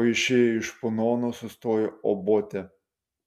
o išėję iš punono sustojo obote